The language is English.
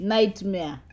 Nightmare